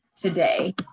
today